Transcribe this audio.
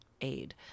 aid